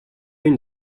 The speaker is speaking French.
une